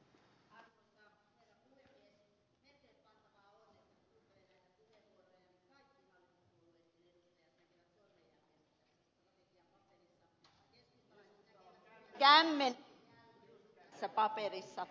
keskustalaiset näkevät kämmenjälkensä tässä paperissa